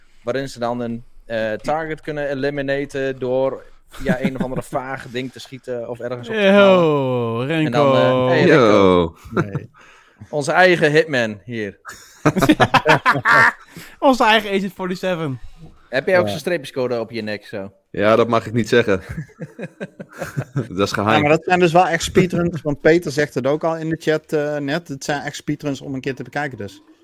waarin ze dan een, eh, target kunnen eliminaten door, ja, een of andere vaag ding te schieten of ergens op te knallen. Yo, Renko. En dan, eh, hey, Yo. Renko. Nee. Onze eigen hitman hier. Onze eigen Agent 47. Heb jij ook Ja. zo'n streepjescode op je nek zo? Ja, dat mag ik niet zeggen. Dat is Ja, geheim. maar dat zijn dus wel echt speedruns, want Peter zegt het ook al in de chat, eh, net. Het zijn echt speedruns om een keer te bekijken dus.